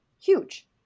huge